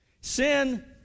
Sin